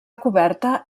coberta